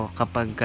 kapag